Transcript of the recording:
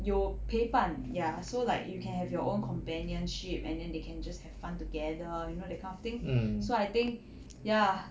有陪伴 ya so like you can have your own companionship and then they can just have fun together you know that kind of thing so I think ya